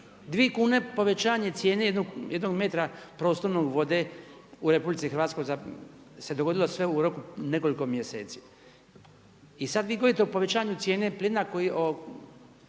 2 kune povećanje cijene jednog metra prostornog vode u RH se dogodilo sve u roku od nekoliko mjeseci. I sada vi govorite o povećanju cijene plina koji